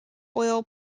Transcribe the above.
oil